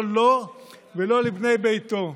לא לו ולא לבני ביתו.